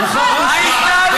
ההערה